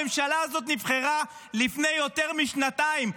הממשלה הזאת נבחרה לפני יותר משנתיים,